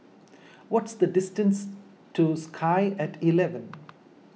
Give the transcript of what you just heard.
What's the distance to Sky at eleven